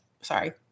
Sorry